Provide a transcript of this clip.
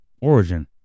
origin